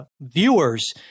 viewers